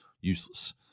useless